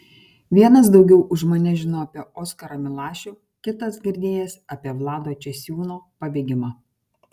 vienas daugiau už mane žino apie oskarą milašių kitas girdėjęs apie vlado česiūno pabėgimą